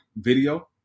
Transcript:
video